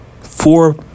Four